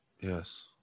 Yes